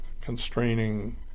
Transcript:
constraining